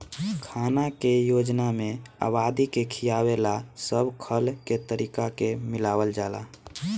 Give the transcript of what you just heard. खाना के योजना में आबादी के खियावे ला सब खल के तरीका के मिलावल जाला